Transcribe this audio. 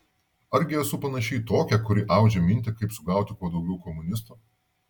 argi esu panaši į tokią kuri audžia mintį kaip sugauti kuo daugiau komunistų